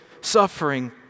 suffering